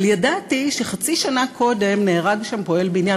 אבל ידעתי שחצי שנה קודם נהרג שם פועל בניין